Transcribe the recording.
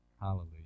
Hallelujah